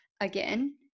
again